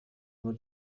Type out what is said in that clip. nur